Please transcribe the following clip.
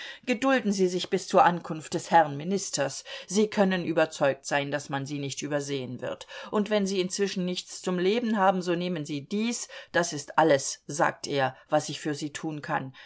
gedulden sie sich bis zur ankunft des herrn ministers sie können überzeugt sein daß man sie nicht übersehen wird und wenn sie inzwischen nichts zum leben haben so nehmen sie dies das ist alles sagt er was ich für sie tun kann